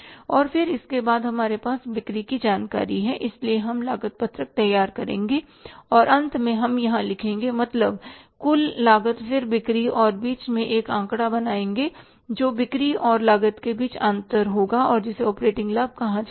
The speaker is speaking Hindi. और फिर उसके बाद हमारे पास बिक्री की जानकारी है इसलिए हम लागत पत्रक तैयार करेंगे और अंत में हम यहां लिखेंगे मतलब कुल लागत फिर बिक्री और बीच में हम एक आंकड़ा बनाएँगे जो बिक्री और लागत के बीच अंतर होगा और जिसे ऑपरेटिंग लाभ कहा जाएगा